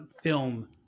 film